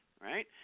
right